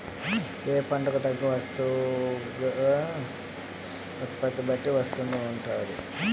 ఏ పంటకు తగ్గ వస్తువునాగే ఉత్పత్తి బట్టి వస్తువు ఉంటాది